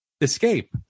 escape